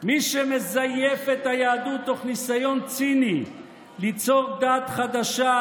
מי שמזייף את היהדות תוך ניסיון ציני ליצור דת חדשה,